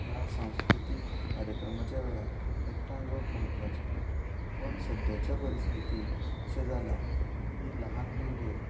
ह्या सांस्कृतीक कार्यक्रमाच्या वेळार एकठांय येवप म्हत्वाचे पण सद्याच्या परिस्थितींक अशे जालां की ल्हान भुरगें